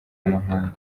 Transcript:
y’amahanga